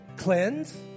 cleanse